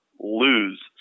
Lose